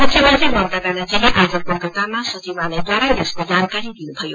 मुख्यमन्त्री ममता व्यानर्जीले आज कलकतामा सचिवालयद्वारा यसको जानकारी दिनुथयो